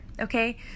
Okay